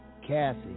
Cassie